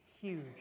huge